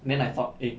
and then I thought eh